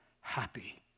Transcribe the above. happy